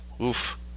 oof